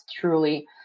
truly